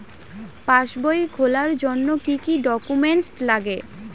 পাসবই খোলার জন্য কি কি ডকুমেন্টস লাগে?